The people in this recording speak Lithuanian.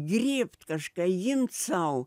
griebt kažką imt sau